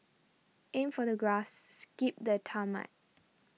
aim for the grass skip the tarmac